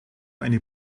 eine